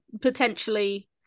potentially